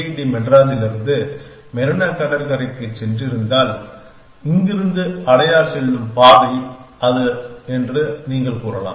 D மெட்ராஸிலிருந்து மெரினா கடற்கரைக்குச் சென்றிருந்தால் இங்கிருந்து அடயார் செல்லும் பாதை அது என்று நீங்கள் கூறலாம்